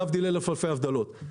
להבדיל אלף-אלפי הבדלות.